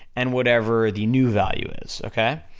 and whatever the new value is, okay?